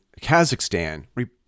Kazakhstan